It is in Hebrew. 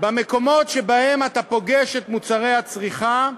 במקומות שבהם אתה פוגש את מוצרי הצריכה,